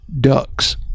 ducks